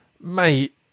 mate